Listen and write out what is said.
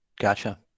Gotcha